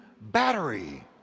battery